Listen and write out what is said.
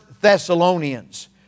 Thessalonians